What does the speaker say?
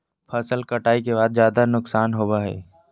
फसल कटाई के बाद ज्यादा नुकसान होबो हइ